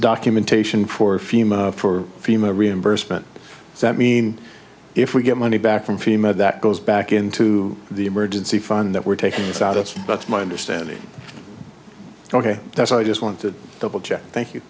documentation for fema for fema reimbursement so that mean if we get money back from fema that goes back into the emergency fund that we're taking this out of that's my understanding ok that's i just want to double check thank you